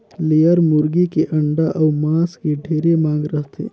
layer मुरगी के अंडा अउ मांस के ढेरे मांग रहथे